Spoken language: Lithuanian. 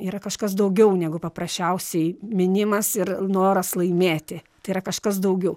yra kažkas daugiau negu paprasčiausiai mynimas ir noras laimėti tai yra kažkas daugiau